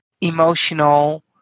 emotional